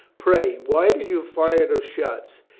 pray, why did you fire those shots?